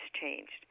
changed